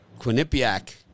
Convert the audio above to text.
Quinnipiac